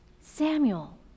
Samuel